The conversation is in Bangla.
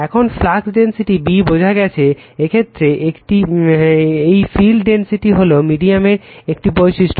এখন ফ্লাক্স ডেনসিটি B বোঝা গেছে এই ক্ষেত্রের এই ফিল্ড ডেনসিটি হলো মিডিয়ামের একটি বৈশিষ্ট্য